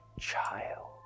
child